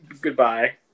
Goodbye